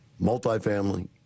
Multifamily